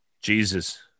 Jesus